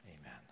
amen